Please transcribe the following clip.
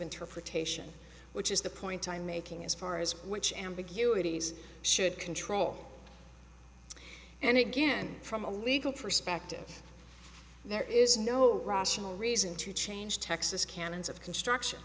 interpretation which is the point i'm making as far as which ambiguities should control and again from a legal perspective there is no rational reason to change texas canons of construction